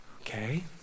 Okay